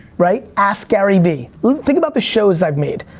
right? ask gary vee. think about the shows i've made.